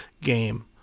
game